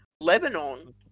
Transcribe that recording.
Lebanon